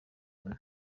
loni